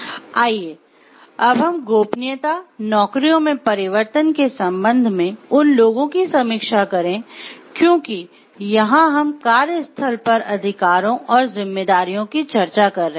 आइए अब हम गोपनीयता नौकरियों में परिवर्तन के संबंध में उन लोगों की समीक्षा करें क्योंकि यहां हम कार्यस्थल पर अधिकारों और जिम्मेदारियों की चर्चा कर रहे हैं